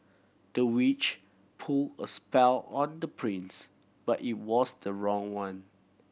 the witch put a spell on the prince but it was the wrong one